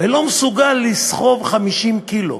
חבר הכנסת חיים כץ.